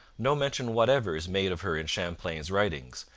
no mention whatever is made of her in champlain's writings,